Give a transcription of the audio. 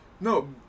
No